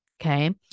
okay